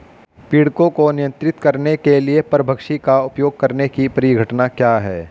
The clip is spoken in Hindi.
पीड़कों को नियंत्रित करने के लिए परभक्षी का उपयोग करने की परिघटना क्या है?